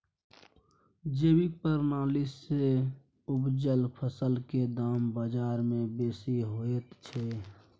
जैविक प्रणाली से उपजल फसल के दाम बाजार में बेसी होयत छै?